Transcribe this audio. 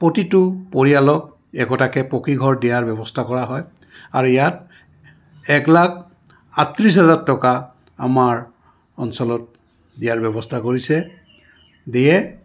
প্ৰতিটো পৰিয়ালক একোটাকৈ পকীঘৰ দিয়াৰ ব্যৱস্থা কৰা হয় আৰু ইয়াত এক লাখ আঠত্ৰিছ হাজাৰ টকা আমাৰ অঞ্চলত দিয়াৰ ব্যৱস্থা কৰিছে দিয়ে